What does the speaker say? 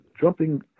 Jumping